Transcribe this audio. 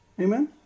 Amen